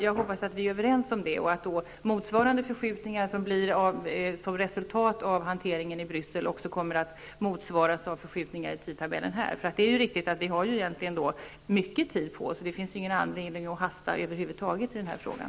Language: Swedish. Jag hoppas att vi är överens om det och att de förskjutningar som blir ett resultat av hanteringen i Bryssel också kommer att motsvaras av förskjutningar i tidtabellen här. Det är riktigt att vi egentligen har mycket tid på oss, och det finns över huvud taget ingen anledning att hasta i den här frågan.